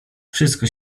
wszystko